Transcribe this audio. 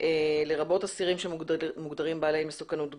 לרבות אסירים שמוגדרים בעלי מסוכנות גבוהה.